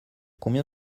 combien